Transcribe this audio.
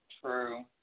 True